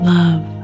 love